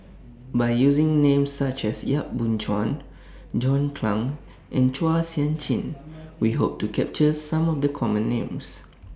By using Names such as Yap Boon Chuan John Clang and Chua Sian Chin We Hope to capture Some of The Common Names